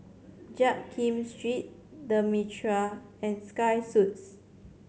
Jiak Kim Street The Mitraa and Sky Suites